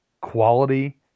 Quality